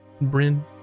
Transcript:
Bryn